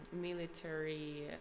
military